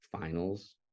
finals